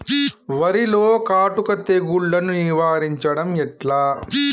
వరిలో కాటుక తెగుళ్లను నివారించడం ఎట్లా?